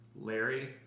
Larry